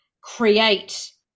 create